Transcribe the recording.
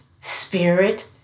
Spirit